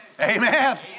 Amen